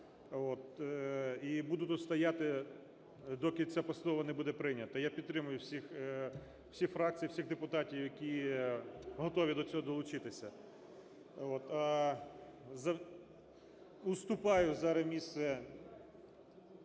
І буду тут стояти, доки ця постанова не буде прийнята. Я підтримую всі фракції і всіх депутатів, які готові до цього долучитися. Уступаю зараз місце